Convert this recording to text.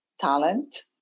talent